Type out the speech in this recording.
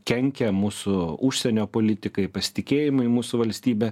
kenkia mūsų užsienio politikai pasitikėjimui mūsų valstybe